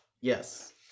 Yes